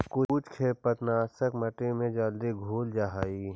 कुछो खेर पतवारनाश मट्टी में जल्दी घुल जा हई